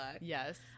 Yes